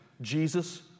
Jesus